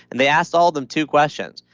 and they asked all them two questions.